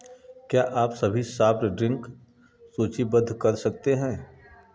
क्या आप सभी सॉफ्ट ड्रिंक सूचीबद्ध कर सकते हैं